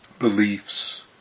beliefs